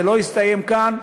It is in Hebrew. זה לא יסתיים כאן,